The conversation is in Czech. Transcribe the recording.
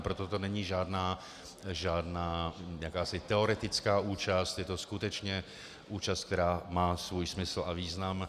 Proto to není žádná jakási teoretická účast, je to skutečně účast, která má svůj smysl a význam.